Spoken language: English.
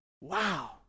Wow